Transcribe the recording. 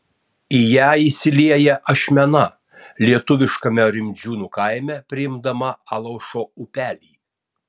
į ją įsilieja ašmena lietuviškame rimdžiūnų kaime priimdama alaušo upelį